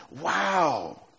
wow